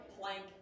plank